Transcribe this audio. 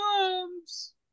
comes